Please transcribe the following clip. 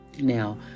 Now